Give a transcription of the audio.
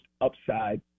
upside